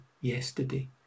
yesterday